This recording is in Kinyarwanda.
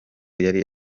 yari